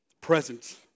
presence